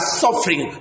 suffering